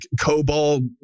COBOL